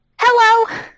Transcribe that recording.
Hello